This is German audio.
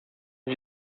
sie